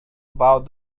about